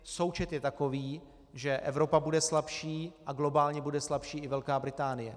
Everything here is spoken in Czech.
Součet je takový, že Evropa bude slabší a globálně bude slabší i Velká Británie.